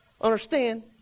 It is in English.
Understand